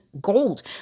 gold